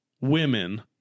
women